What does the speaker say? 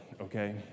okay